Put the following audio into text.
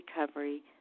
recovery